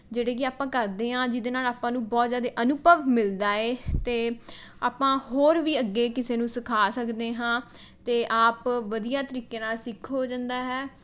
ਜਿਹੜੇ ਕੀ ਆਪਾਂ ਕਰਦੇ ਹਾਂ ਜਿਹਦੇ ਨਾਲ ਆਪਾਂ ਨੂੰ ਬਹੁਤ ਜ਼ਿਆਦੇ ਅਨੁਭਵ ਮਿਲਦਾ ਏ ਅਤੇ ਆਪਾਂ ਹੋਰ ਵੀ ਅੱਗੇ ਕਿਸੇ ਨੂੰ ਸਿਖਾ ਸਕਦੇ ਹਾਂ ਅਤੇ ਆਪ ਵਧੀਆ ਤਰੀਕੇ ਨਾਲ ਸਿੱਖ ਹੋ ਜਾਂਦਾ ਹੈ